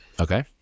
Okay